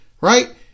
right